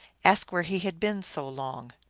asked where he had been so long.